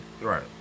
Right